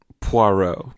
Poirot